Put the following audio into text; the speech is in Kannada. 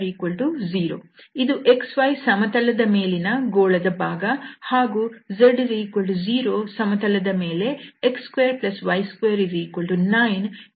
ಇದು xy ಸಮತಲದ ಮೇಲಿನ ಗೋಳದ ಭಾಗ ಹಾಗೂ z0 ಸಮತಲದ ಮೇಲೆ x2y29 ಇದು ಇದರ ಗಡಿರೇಖೆ